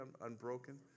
Unbroken